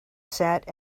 sat